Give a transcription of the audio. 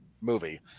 movie